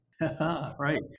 Right